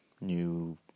New